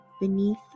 beneath